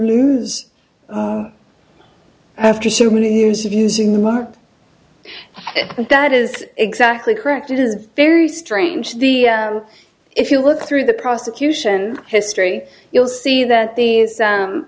losers after so many years of using the mark that is exactly correct it is a very strange the if you look through the prosecution history you'll see that the